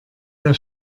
der